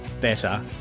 better